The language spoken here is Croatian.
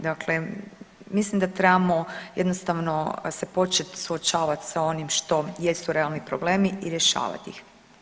Dakle, mislim da trebamo jednostavno se početi suočavati sa onim što jesu realni problemi i rješavati ih.